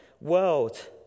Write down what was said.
world